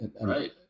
Right